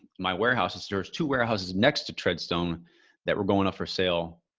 my warehouse is stores two warehouses next to treadstone that were going up for sale.